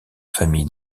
famille